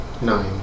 Nine